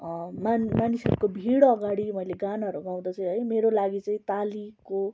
मान् मानिसहरूको भिड अगाडि मैले गानाहरू गाउँदा चाहिँ है मेरो लागि चाहिँ तालीको